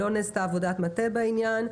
לא נעשתה עבודת מטה בעניין.